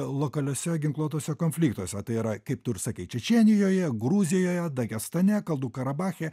lokaliuose ginkluotuose konfliktuose tai yra kaip tu ir sakei čečėnijoje gruzijoje dagestane kalnų karabache